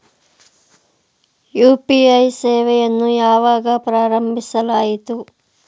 UPI ಸೇವೆಯನ್ನು ಯಾವಾಗ ಪ್ರಾರಂಭಿಸಲಾಯಿತು?